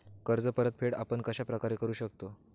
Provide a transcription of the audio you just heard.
कर्ज परतफेड आपण कश्या प्रकारे करु शकतो?